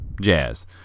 jazz